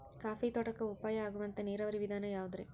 Coffee ತೋಟಕ್ಕ ಉಪಾಯ ಆಗುವಂತ ನೇರಾವರಿ ವಿಧಾನ ಯಾವುದ್ರೇ?